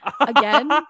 Again